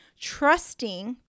trusting